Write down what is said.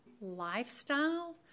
lifestyle